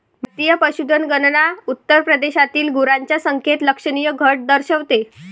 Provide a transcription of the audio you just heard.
भारतीय पशुधन गणना उत्तर प्रदेशातील गुरांच्या संख्येत लक्षणीय घट दर्शवते